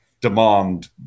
demand